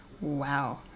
wow